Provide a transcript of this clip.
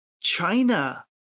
China